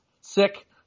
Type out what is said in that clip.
sick